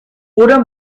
oder